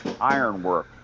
Ironwork